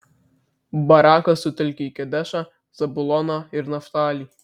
barakas sutelkė į kedešą zabuloną ir naftalį